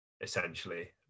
essentially